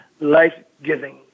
life-giving